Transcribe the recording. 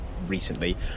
recently